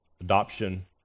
adoption